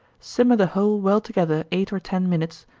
simmer the whole well together eight or ten minutes,